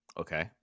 Okay